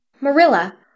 Marilla